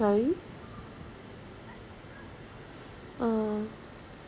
sorry uh